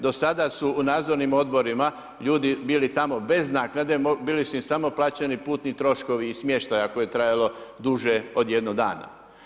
Do sada su u Nadzornim odborima ljudi bili tamo bez naknade, bili su im samo plaćeni putni troškovi i smještaj ako je trajalo duže od jednog dana.